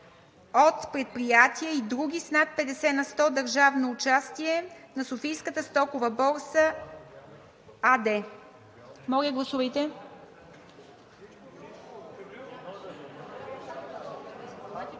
от предприятия и други с над 50 на сто държавно участие на „Софийската стокова борса“ АД“. Моля, гласувайте.